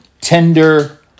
tender